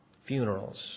Funerals